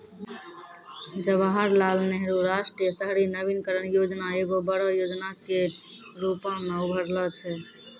जवाहरलाल नेहरू राष्ट्रीय शहरी नवीकरण योजना एगो बड़ो योजना के रुपो मे उभरलो छै